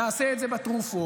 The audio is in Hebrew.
נעשה את זה בתרופות,